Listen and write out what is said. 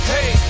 Hey